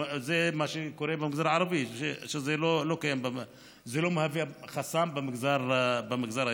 זה מה שקורה במגזר הערבי אבל לא מהווה חסם במגזר היהודי.